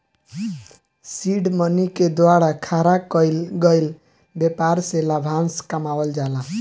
seed money के द्वारा खड़ा कईल गईल ब्यपार से लाभांस कमावल जाला